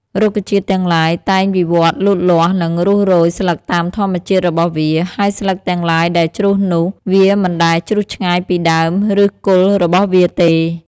រុក្ខជាតិទាំងឡាយ តែងវិវត្តន៍លូតលាស់ និងរុះរោយស្លឹកតាមធម្មជាតិរបស់វា ហើយស្លឹកទាំងឡាយដែលជ្រុះនោះ វាមិនដែរជ្រុះឆ្ងាយពីដើម ឬគល់របស់វាទេ។